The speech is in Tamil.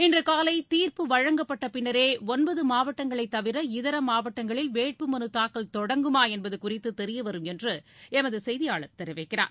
இன்று காலை தீர்ப்பு வழங்கப்பட்ட பின்னரே ஒன்பது மாவட்டங்களை தவிர இதர மாவட்டங்களில் வேட்பு மனுத்தாக்கல் தொடங்குமா என்பது குறித்து தெரியவரும் என்று எமது செய்தியாளர் தெரிவிக்கிறார்